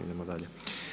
Idemo dalje.